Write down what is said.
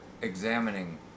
examining